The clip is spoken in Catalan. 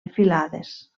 filades